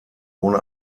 ohne